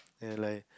and like